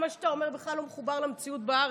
גם מה שאתה אומר בכלל לא מחובר למציאות בארץ,